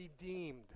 redeemed